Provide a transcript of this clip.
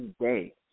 day